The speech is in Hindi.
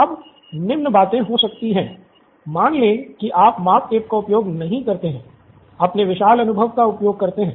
अब निम्न बातें हो सकती है मान लें कि आप माप टेप का उपयोग नहीं करते हैं अपने विशाल अनुभव का उपयोग करते है